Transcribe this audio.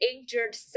injured